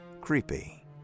Creepy